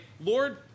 Lord